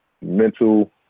mental